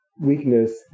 weakness